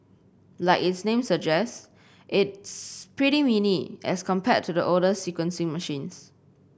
like its name suggests it's pretty mini as compared to the older sequencing machines